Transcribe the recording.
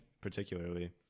particularly